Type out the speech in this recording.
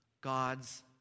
God's